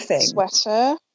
sweater